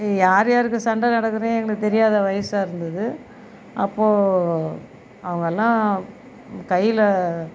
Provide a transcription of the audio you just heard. யார் யாருக்கு சண்டை நடக்குதுனே எங்களுக்கு தெரியாத வயதா இருந்தது அப்போ அவங்கெல்லாம் கையில